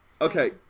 Okay